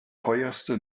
teuerste